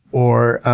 or,